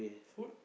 food